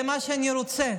זה מה שאני רוצה,